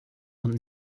und